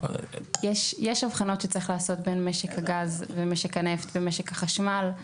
יש הבחנות שצריך לעשות בין משק הגז ומשק הנפט ומשק החשמל.